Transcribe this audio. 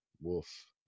Wolf